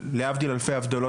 להבדיל אלפי הבדלות,